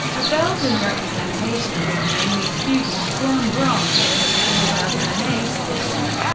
a belgian representation with mainly students won bronze, and at the two thousand and eight edition,